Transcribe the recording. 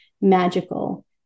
magical